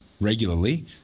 regularly